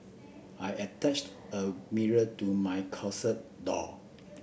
I attached a mirror to my closet door